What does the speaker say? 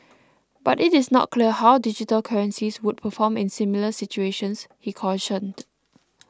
but it is not clear how digital currencies would perform in similar situations he cautioned